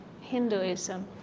Hinduism